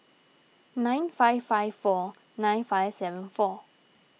nine five five four nine five seven four